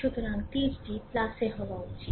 সুতরাং তীরটি প্লাসে হওয়া উচিত